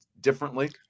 differently